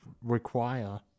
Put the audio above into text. require